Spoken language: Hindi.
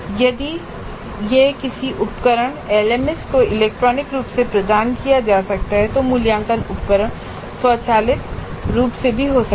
यदि यह किसी उपकरणएलएमएस को इलेक्ट्रॉनिक रूप से प्रदान किया जा सकता है तो मूल्यांकन उपकरण स्वचालित रूप से भी हो सकता है